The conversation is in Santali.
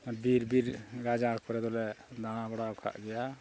ᱵᱤᱨ ᱜᱟᱡᱟᱲ ᱠᱚᱨᱮ ᱫᱚᱞᱮ ᱫᱟᱬᱟ ᱵᱟᱲᱟ ᱟᱠᱟᱫ ᱜᱮᱭᱟ